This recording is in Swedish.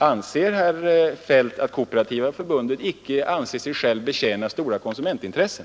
Anser herr Feldt att Kooperativa förbundet icke menar sig självt betjäna stora konsumentintressen?